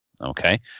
okay